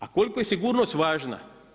A koliko je sigurnost važna.